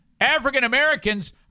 African-Americans